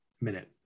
minute